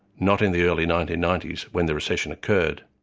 not in the early nineteen ninety s, when the recession occurred.